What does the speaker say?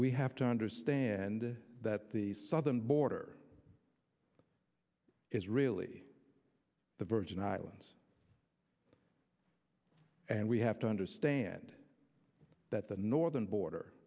we have to understand that the southern border is really the virgin islands and we have to understand that the northern border